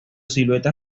silueta